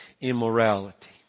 immorality